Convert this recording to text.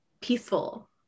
peaceful